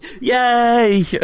Yay